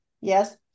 Yes